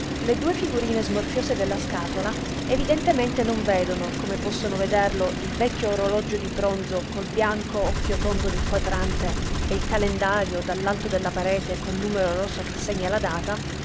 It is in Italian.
le due figurine smorfiose della scatola evidentemente non vedono come possono vederlo il vecchio orologio di bronzo col bianco occhio tondo del quadrante e il calendario dall'alto della parete col numero rosso che segna la data